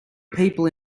people